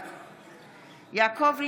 בעד יעקב ליצמן,